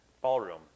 ballroom